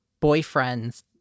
boyfriends